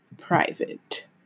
private